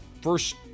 first